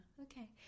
okay